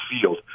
field